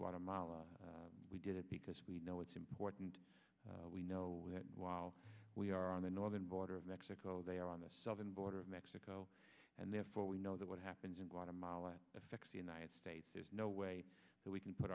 guatemala we did it because we know it's important we know that while we are on the northern border of mexico they are on the southern border of mexico and therefore we know that what happens in guatemala affects the united states there's no way that we can put